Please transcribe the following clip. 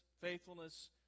faithfulness